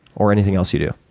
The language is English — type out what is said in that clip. or anything else you do?